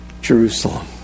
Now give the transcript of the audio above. Jerusalem